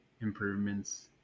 improvements